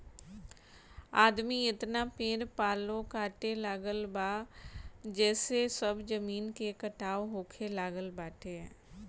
आदमी एतना पेड़ पालो काटे लागल बा जेसे सब जमीन के कटाव होखे लागल बाटे